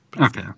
Okay